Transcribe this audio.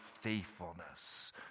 faithfulness